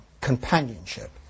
companionship